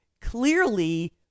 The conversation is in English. clearly